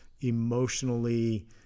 emotionally